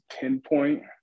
pinpoint